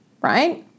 right